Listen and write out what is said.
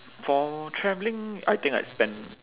for travelling I think I spend